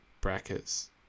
brackets